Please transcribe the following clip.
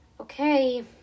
Okay